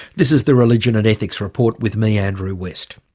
this is the religion and ethics report with me andrew west